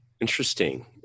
interesting